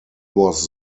was